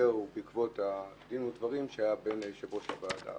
דיבר בעקבות הדין ודברים שהיה עם יושב-ראש הוועדה.